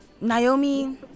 Naomi